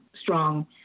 strong